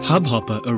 Hubhopper